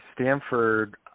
Stanford